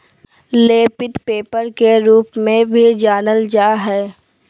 लेपित पेपर के रूप में भी जानल जा हइ